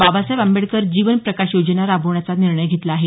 बाबासाहेब आंबेडकर जीवन प्रकाश योजना राबवण्याचा निर्णय घेतला आहे